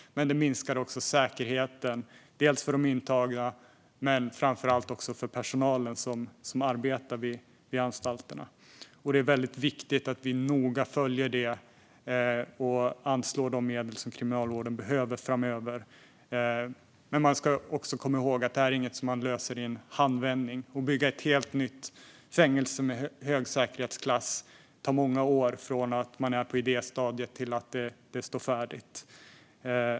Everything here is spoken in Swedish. Det minskar också säkerheten både för de intagna och för personalen vid anstalterna. Det är viktigt att vi noga följer detta och anslår de medel som Kriminalvården behöver framöver. Man ska också komma ihåg att detta inte är något man löser i en handvändning. Att bygga ett helt nytt fängelse med hög säkerhetsklass tar många år.